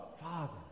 Father